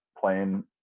playing